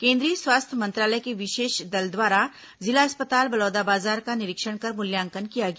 केंद्रीय स्वास्थ्य मंत्रालय के विशेष दल द्वारा जिला अस्पताल बलौदाबाजार का निरीक्षण कर मूल्यांकन किया गया